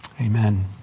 amen